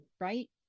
right